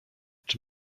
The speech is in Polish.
czy